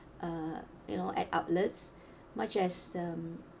uh you know at outlets much as um